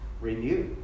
renew